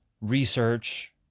research